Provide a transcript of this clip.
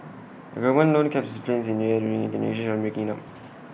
A government loan kept its planes in the air during negotiations on breaking IT up